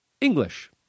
English